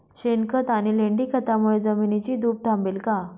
शेणखत आणि लेंडी खतांमुळे जमिनीची धूप थांबेल का?